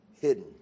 hidden